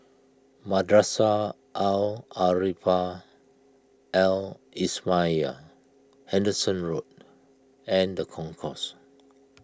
Madrasah Al Arabiah Al Islamiah Henderson Road and the Concourse